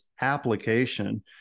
application